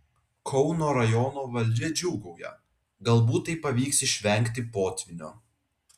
kauno rajono valdžia džiūgauja galbūt taip pavyks išvengti potvynio